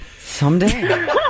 someday